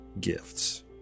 gifts